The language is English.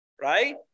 right